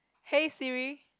hey Siri